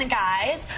guys